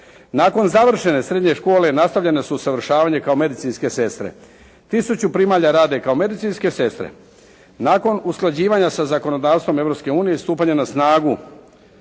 Nakon završene srednje škole nastavile su usavršavanje kao medicinske sestre. 1000 primalja radi kao medicinske sestre. Nakon usklađivanja sa zakonodavstvom Europske unije stupanja na snagu